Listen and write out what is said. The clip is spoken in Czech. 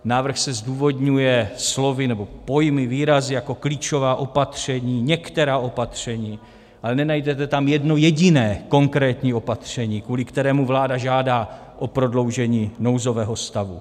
Návrh se zdůvodňuje slovy nebo pojmy, výrazy jako klíčová opatření, některá opatření, ale nenajdete tam jedno jediné konkrétní opatření, kvůli kterému vláda žádá o prodloužení nouzového stavu.